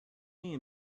names